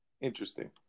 Interesting